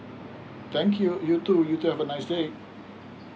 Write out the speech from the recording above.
thank you you too you too have a nice day